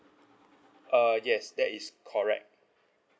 uh yes that is correct